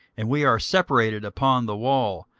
and we are separated upon the wall,